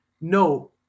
no